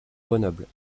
grenoble